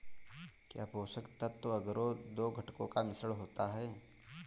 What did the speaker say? क्या पोषक तत्व अगरो दो घटकों का मिश्रण होता है?